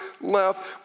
left